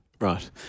Right